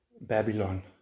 Babylon